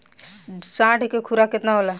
साढ़ के खुराक केतना होला?